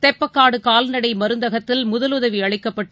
தெப்பக்காடுகால்நடைமருந்தகத்தில் முதலுதவிஅளிக்கப்பட்டு